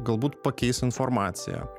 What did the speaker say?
galbūt pakeis informaciją